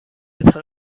تان